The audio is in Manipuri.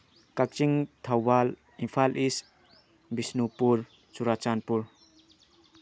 ꯀꯛꯆꯤꯡ ꯊꯧꯕꯥꯜ ꯏꯝꯐꯥꯜ ꯏꯁ ꯕꯤꯁꯅꯨꯄꯨꯔ ꯆꯨꯔꯆꯥꯟꯄꯨꯔ